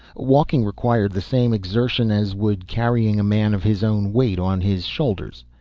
walking required the same exertion as would carrying a man of his own weight on his shoulders.